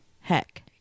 heck